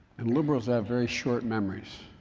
and liberals have very short memories.